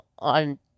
On